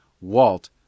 Walt